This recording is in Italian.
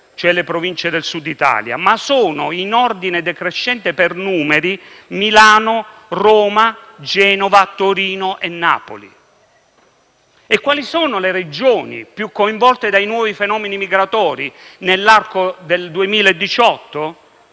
le province del Sud Italia, ma sono, in ordine decrescente per numeri, Milano, Roma, Genova, Torino e Napoli. Le Regioni più coinvolte dai nuovi fenomeni migratori nell'arco del 2018,